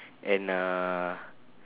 and uh